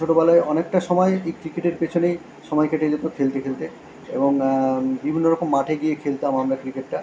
ছোটোবেলায় অনেকটা সমায় এই ক্রিকেটের পেছনেই সমায় কেটে যেতো খেলতে খেলতে এবং বিভিন্ন রকম মাঠে গিয়ে খেলতাম আমরা ক্রিকেটটা